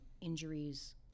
injuries